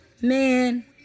man